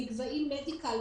מ"גבהים מדיקל",